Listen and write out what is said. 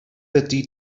ydy